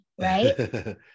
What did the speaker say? Right